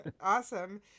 Awesome